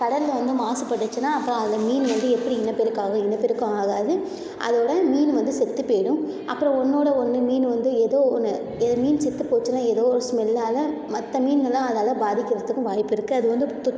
கடல்ல வந்து மாசுப்பட்டுச்சின்னால் அப்புறம் அதில் மீன் வந்து எப்படி இனப்பெருக்கம் ஆகும் இனப்பெருக்கம் ஆகாது அதோட மீன் வந்து செத்துப் போயிடும் அப்பறம் ஒன்றோட ஒன்று மீன் வந்து ஏதோ ஒன்று மீன் செத்துப் போச்சுன்னால் ஏதோ ஒரு ஸ்மெல்லால் மற்ற மீன்கள்லாம் அதால் பாதிக்கிறத்துக்கும் வாய்ப்பு இருக்குது அது வந்து தொத்